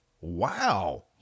Wow